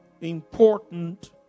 important